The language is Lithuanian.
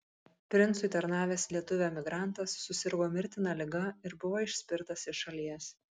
princui tarnavęs lietuvių emigrantas susirgo mirtina liga ir buvo išspirtas iš šalies